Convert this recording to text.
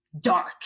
dark